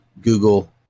Google